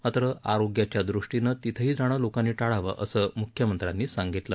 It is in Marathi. मात्र आरोग्याच्या दृष्टीनं तिथंही जाणं लोकांनी टाळावं असं मुख्यमंत्र्यांनी सांगितलं